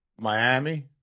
Miami